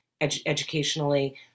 educationally